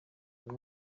umwe